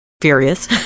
furious